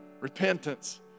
Repentance